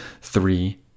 three